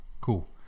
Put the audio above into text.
cool